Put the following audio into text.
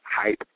hype